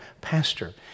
pastor